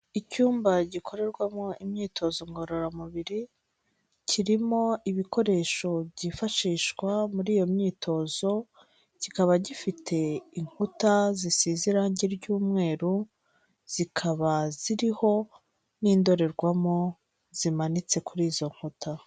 Icyumba gikorerwamo imyitozo ngororamubiri, kirimo ibikoresho byifashishwa muri iyo myitozo, kikaba gifite inkuta zisize irange ry'umweru, zikaba ziriho n'indorerwamo zimanitse kuri izo nkuta.